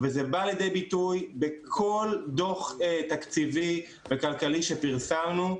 וזה בא לידי ביטוי בכל דו"ח תקציבי וכלכלי שפרסמנו,